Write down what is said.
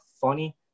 funny